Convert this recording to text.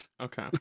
okay